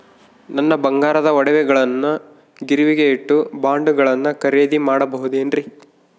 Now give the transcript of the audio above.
ನನ್ನ ಬಂಗಾರದ ಒಡವೆಗಳನ್ನ ಗಿರಿವಿಗೆ ಇಟ್ಟು ಬಾಂಡುಗಳನ್ನ ಖರೇದಿ ಮಾಡಬಹುದೇನ್ರಿ?